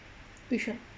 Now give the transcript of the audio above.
you sure